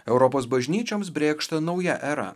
europos bažnyčioms brėkšta nauja era